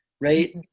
right